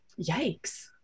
yikes